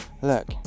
look